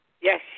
Yes